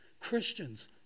Christians